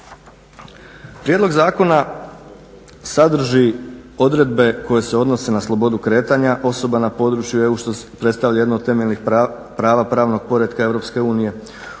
Prijedlog zakona sadrži odredbe koje se odnose na slobodu kretanja, posebno na područje što predstavlja jedno od temeljnih prava pravnog poretka EU.